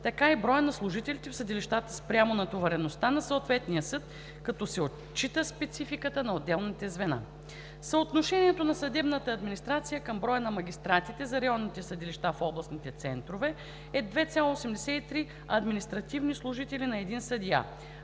така и броят на служителите в съдилищата спрямо натовареността на съответния съд, като се отчита спецификата на отделните звена. Съотношението на съдебната администрация към броя на магистратите за районните съдилища в областните центрове е 2,83 административни служители на един съдия,